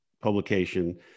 publication